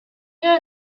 know